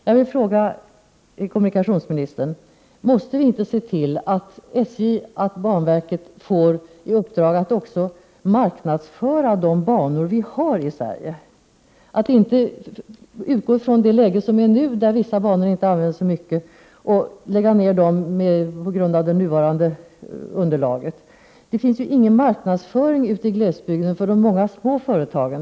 Jag vill fråga kommunikationsministern: Måste vi inte se till att banverket fåri uppdrag att också marknadsföra de banor som finns? Man skall inte utgå från nuläget och lägga ner de banor som inte används så mycket i dag. Det sker inte någon marknadsföring ute i glesbygden för de många små företagen.